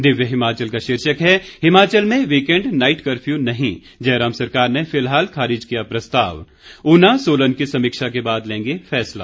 दिव्य हिमाचल का शीर्षक है हिमाचल में वीकेंड नाईट कफ़र्यू नहीं जयराम सरकार ने फिलहाल खारिज किया प्रस्ताव ऊना सोलन की समीक्षा के बाद लेंगे फैसला